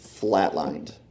Flatlined